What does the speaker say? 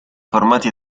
formati